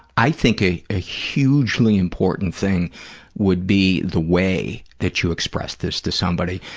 i think a a hugely important thing would be the way that you express this to somebody.